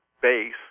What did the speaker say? base